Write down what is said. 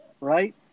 right